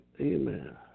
Amen